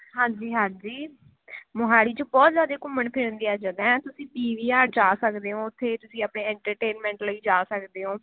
ਹਾਂਜੀ ਹਾਂਜੀ ਮੋਹਾਲੀ 'ਚ ਬਹੁਤ ਜ਼ਿਆਦੇ ਘੁੰਮਣ ਫਿਰਨ ਦੀਆਂ ਜਗ੍ਹਾਂ ਹੈ ਤੁਸੀਂ ਪੀ ਵੀ ਆਰ ਜਾ ਸਕਦੇ ਓ ਉੱਥੇ ਤੁਸੀਂ ਆਪਣੇ ਇੰਟਰਟੈਨਮੈਂਟ ਲਈ ਜਾ ਸਕਦੇ ਹੋ